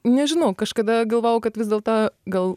nežinau kažkada galvojau kad vis dėlto gal